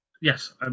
Yes